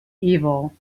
evil